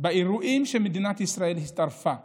באירועים שמדינת ישראל הצטרפה אליהם,